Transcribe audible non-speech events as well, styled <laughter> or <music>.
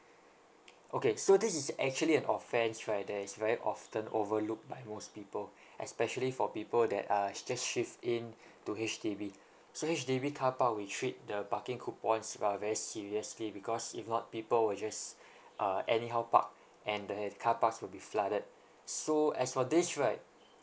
okay so this is actually an offence right that is very often overlooked by most people especially for people that are has just shift in to H_D_B so H_D_B carpark we treat the parking coupons uh very seriously because if not people will just uh anyhow park and the <noise> carparks will be flooded so as for this right